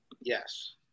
Yes